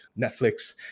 Netflix